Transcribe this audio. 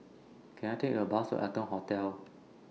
Can I Take A Bus to Arton Hotel